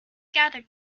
gathered